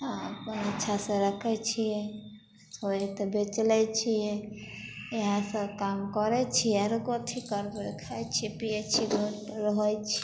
अपन अच्छा से रखै छियै होइ हइ तऽ बेच लै छियै इएह सब काम करै छियै आओरो कथी करबै खाइ छियै पीयै छियै घर पर रहै छी